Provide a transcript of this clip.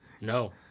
No